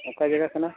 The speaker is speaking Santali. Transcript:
ᱚᱠᱟ ᱡᱟᱭᱜᱟ ᱠᱟᱱᱟ